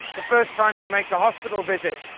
the first time you make a hospital visit,